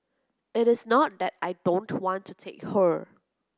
it is not that I don't want to take her